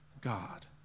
God